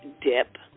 dip